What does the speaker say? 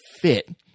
fit